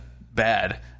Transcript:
bad